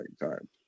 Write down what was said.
time